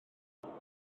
allwch